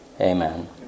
amen